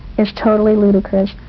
it's totally ludicrous.